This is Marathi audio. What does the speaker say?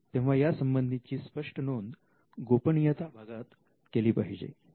तेव्हा यासंबंधीची स्पष्ट नोंद गोपनीयता भागात केली पाहिजे